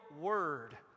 word